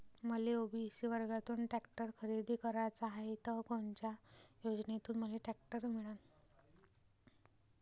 मले ओ.बी.सी वर्गातून टॅक्टर खरेदी कराचा हाये त कोनच्या योजनेतून मले टॅक्टर मिळन?